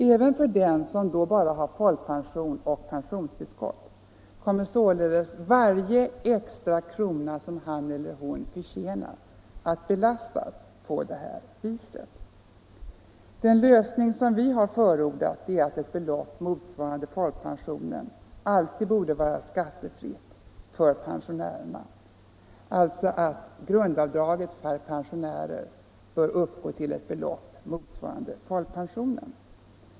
Även för dem som då bara har folkpension och pensionstillskott kommer således varje extra krona han eller hon förtjänar att belastas på detta sätt. Den lösning som vi har förordat är att ett belopp motsvarande folkpensionen alltid borde vara skattefritt för pensionärerna, alltså att grundavdraget för pensionärer bör uppgå till ett belopp motsvarande folkpensionen.